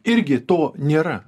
irgi to nėra